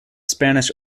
spanish